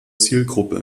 zielgruppe